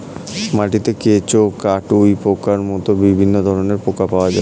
মাটিতে কেঁচো, কাটুই পোকার মতো বিভিন্ন ধরনের পোকা পাওয়া যায়